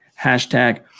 Hashtag